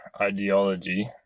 ideology